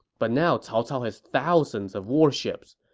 but now cao cao has thousands of warships.